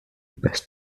best